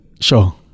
Sure